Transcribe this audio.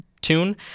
tune